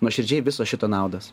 nuoširdžiai viso šito naudas